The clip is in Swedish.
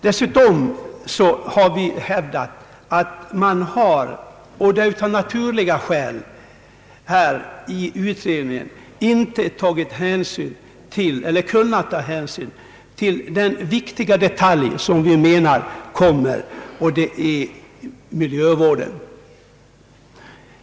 Vi har hävdat att utredningen av naturliga skäl inte kunnat ta hänsyn till den viktiga detalj som nu kommer in i bilden, nämligen miljövården.